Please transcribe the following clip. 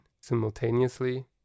simultaneously